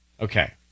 Okay